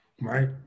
right